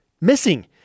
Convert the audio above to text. missing